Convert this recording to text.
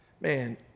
man